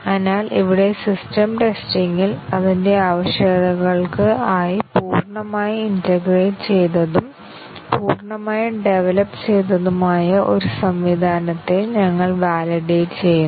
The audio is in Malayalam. അതിനാൽ ഇവിടെ സിസ്റ്റം ടെസ്റ്റിംഗിൽ അതിന്റെ ആവശ്യകതകൾക്ക് ആയി പൂർണ്ണമായി ഇന്റേഗ്രേറ്റ് ചെയ്തതും പൂർണ്ണമായി ഡെവലപ് ചെയ്തതുമായ ഒരു സംവിധാനത്തെ ഞങ്ങൾ വാലിഡേറ്റ് ചെയ്യുന്നു